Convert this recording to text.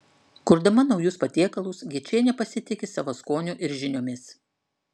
kurdama naujus patiekalus gečienė pasitiki savo skoniu ir žiniomis